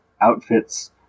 outfits